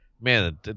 Man